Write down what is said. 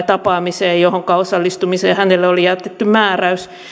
tapaamiseen johonka osallistumiseen hänelle oli jätetty määräys